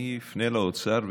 אני אפנה לאוצר,